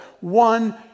one